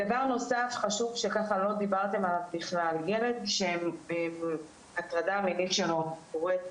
דבר נוסף חשוב שלא דיברתם עליו בכלל ילד שההטרדה המינית שלו קורית